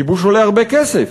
כיבוש עולה הרבה כסף.